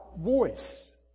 voice